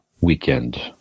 weekend